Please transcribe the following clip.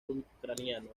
ucraniano